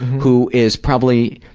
who is probably